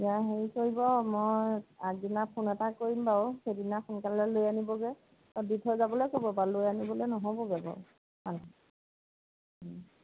এতিয়া হেৰি কৰিব মই আগদিনা ফোন এটা কৰিম বাৰু সেইদিনা সোনকালে লৈ আনিবগে দি থৈ যাবলে ক'ব বাৰু লৈ আনিবলে নহ'বগে বাৰু